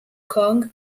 kong